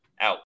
Out